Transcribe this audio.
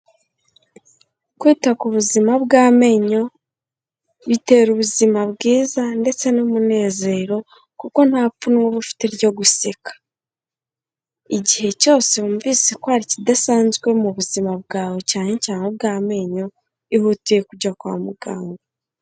Kwita ku buzima bw'amenyo, bitera ubuzima bwiza ndetse n'umunezero, kuko nta pfunwe uba ufite ryo guseka, igihe cyose wumvise hari ikidasanzwe mu buzima bwawe cyane cyane ubw'amenyo, ihutiye kujya kwa muganga.